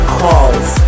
calls